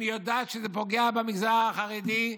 אם היא יודעת שזה פוגע במגזר החרדי,